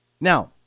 Now